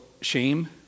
shame